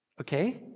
Okay